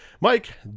Mike